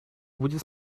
будет